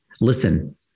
Listen